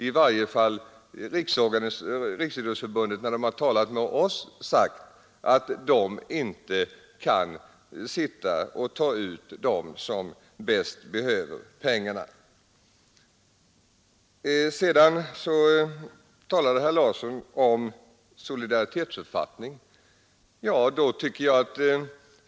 I varje fall har Riksidrottsförbundet sagt till oss att förbundet inte kan sitta och välja ut dem som bäst behöver pengarna. Herr Larsson talade vidare om solidaritetsuppfattning.